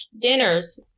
dinners